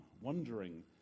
wondering